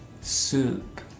Soup